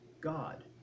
God